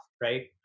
right